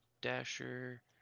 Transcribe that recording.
Dasher